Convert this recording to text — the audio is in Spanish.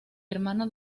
hermano